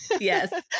Yes